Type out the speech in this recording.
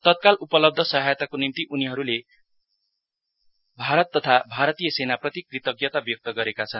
तत्काल उपलब्ध सहायताको निम्ति चीनि नागरिकले भारत तथा भारतीय सेनाप्रति कृतज्ञता व्यक्त गरेका छन्